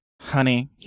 honey